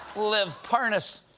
lev parnas.